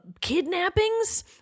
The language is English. kidnappings